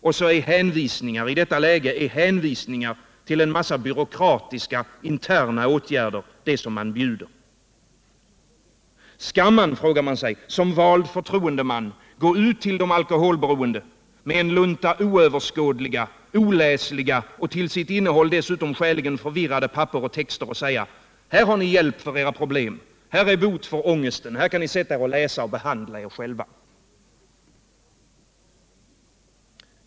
Och i detta läge är hänvisningar till en massa byråkratiska, interna åtgärder det som man bjuder. Skall man, frågar jag mig, som vald förtroendeman gå ut till de alkoholberoende med en lunta oöverskådliga, oläsliga och till sitt innehåll dessutom skäligen förvirrade papper och texter och säga: Här har ni hjälp för era problem, här är bot för ångesten, här kan ni sätta er och läsa och behandla er själva!